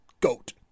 goat